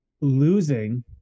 losing